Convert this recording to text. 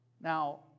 Now